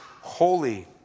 holy